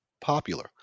popular